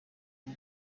bwo